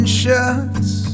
shots